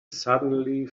suddenly